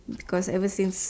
because ever since